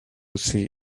see